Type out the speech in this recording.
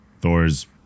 Thor's